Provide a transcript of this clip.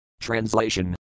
Translation